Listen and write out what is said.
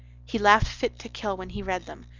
he laughed fit to kill when he read them.